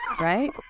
right